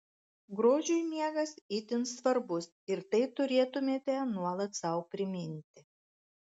grožiui miegas itin svarbus ir tai turėtumėte nuolat sau priminti